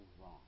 wrong